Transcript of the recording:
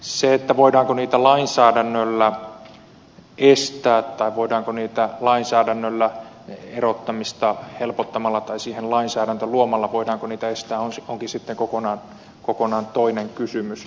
se voidaanko niitä lainsäädännöllä estää tai voidaanko niitä estää lainsäädännön kautta erottamista helpottamalla tai siihen lainsäädäntö luomalla onkin sitten kokonaan toinen kysymys